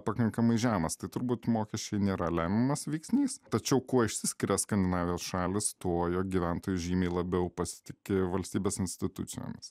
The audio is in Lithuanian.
pakankamai žemas tai turbūt mokesčiai nėra lemiamas veiksnys tačiau kuo išsiskiria skandinavijos šalys tuo jog gyventojai žymiai labiau pasitiki valstybės institucijomis